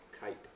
Kite